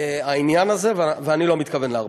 העניין הזה, ואני לא מתכוון להרפות.